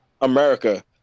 America